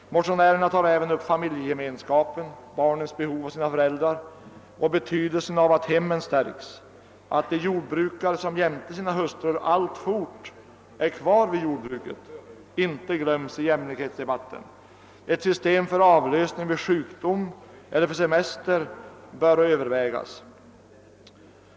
Motionärerna tar även upp familjegemenskapen, barnens behov av sina föräldrar, betydelsen av att hemmen stärks och av att de jordbrukare som jämte sina hustrur alltfort är kvar i jordbruket inte glöms i jämlikhetsdebatten. Ett system för avlösning vid sjukdom eller för semester bör övervägas.